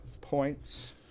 points